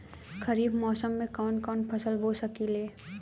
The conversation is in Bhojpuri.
खरिफ मौसम में कवन कवन फसल बो सकि ले?